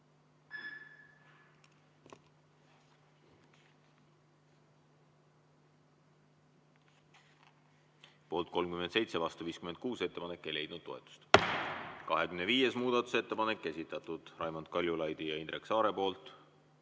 Poolt 37, vastu 56. Ettepanek ei leidnud toetust. 25. muudatusettepanek, esitanud Raimond Kaljulaid ja Indrek Saar.